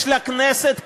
יש לכנסת כלי,